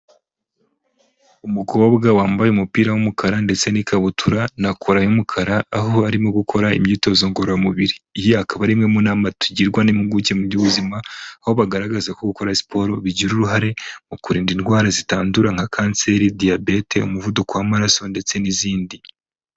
Umukobwa wambaye umupira w'umukara ndetse n'ikabutura na kora y'umukara, aho arimo gukora imyitozo ngororamubiri. Iyi akaba ari imwe mu nama tugirwa n'impuguke mu by'ubuzima, aho bagaragaza ko gukora siporo bigira uruhare mu kurinda indwara zitandura nka kanseri, diyabete, umuvuduko w'amaraso ndetse n'izindi.